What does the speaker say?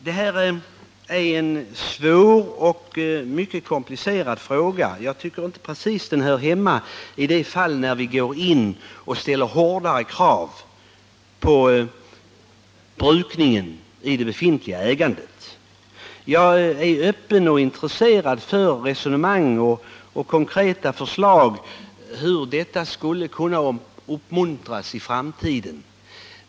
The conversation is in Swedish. Detta är en svår och mycket komplicerad fråga. Jag tycker inte att den precis hör hemma under de fall där vi går in och ställer hårdare krav på brukningen i det befintliga ägandet. Jag är öppen för och intresserad av resonemang och konkreta förslag till hur detta skulle kunna uppmuntras i framtiden.